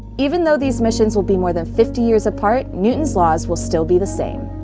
even though these missions will be more than fifty years apart, newton's laws will still be the same.